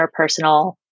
interpersonal